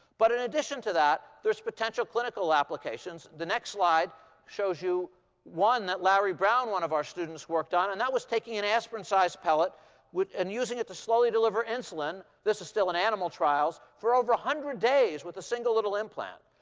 but in addition to that, there's potential clinical applications. the next slide shows you one that larry brown, one of our students, worked on. and that was taking an aspirin-sized pellet and using it to slowly deliver insulin this is still in animal trials for over one hundred days with a single little implant.